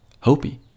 Hopi